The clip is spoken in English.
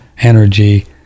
energy